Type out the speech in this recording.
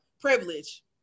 Privilege